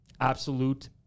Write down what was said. Absolute